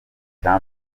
cya